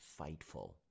fightful